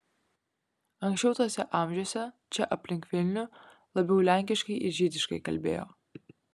anksčiau tuose amžiuose čia aplink vilnių labiau lenkiškai ir žydiškai kalbėjo